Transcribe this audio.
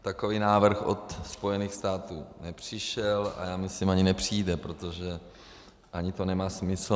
Takový návrh od Spojených států nepřišel a myslím, že ani nepřijde, protože ani to nemá smysl.